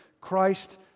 Christ